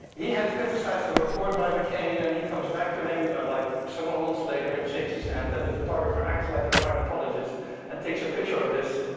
he had criticised a report by mccain and he comes back to him like several months later and shakes his hand, and the photographer acts like a primatologist and takes a picture of this.